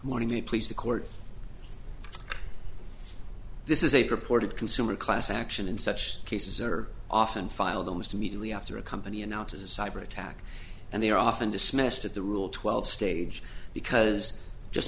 money please the court this is a purported consumer class action and such cases are often filed almost immediately after a company announces a cyber attack and they are often dismissed at the rule twelve stage because just